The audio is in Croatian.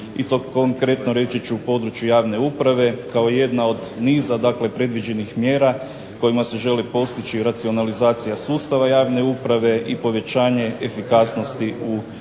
i to konkretno reći ću u području javne uprave, kao jedna od niza dakle predviđenih mjera kojima se želi postići racionalizacija sustava javne uprave, i povećanje efikasnosti u pružanju